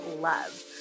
love